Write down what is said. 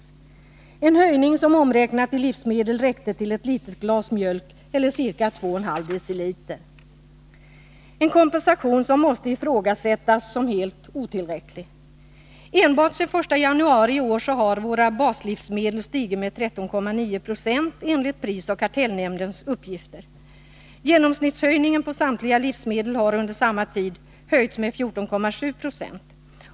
Det var en kompensation som omräknat i livsmedel räckte till ett litet glas mjölk eller ca 2,5 dl, och som måste anses helt otillräcklig. Enbart sedan den 1 januari i år har våra baslivsmedel stigit med 13,9 90 enligt prisoch kartellnämndens uppgifter. Genomsnittshöjningen på samtliga livsmedel har under samma tid varit 14,7 20.